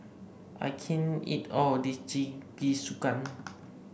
I can't eat all of this Jingisukan